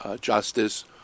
justice